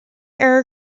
error